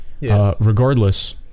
Regardless